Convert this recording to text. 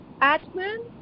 Atman